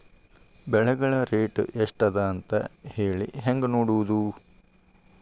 ಬೆಳೆಗಳ ರೇಟ್ ಎಷ್ಟ ಅದ ಅಂತ ಹೇಳಿ ಹೆಂಗ್ ನೋಡುವುದು?